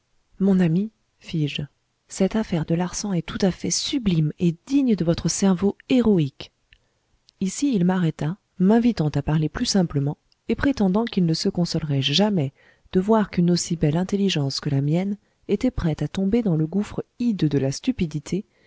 mon ami fis-je cette affaire de larsan est tout à fait sublime et digne de votre cerveau héroïque ici il m'arrêta m'invitant à parler plus simplement et prétendant qu'il ne se consolerait jamais de voir qu'une aussi belle intelligence que la mienne était prête à tomber dans le gouffre hideux de la stupidité